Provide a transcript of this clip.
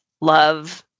love